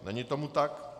Není tomu tak.